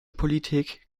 politik